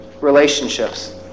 relationships